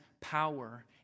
power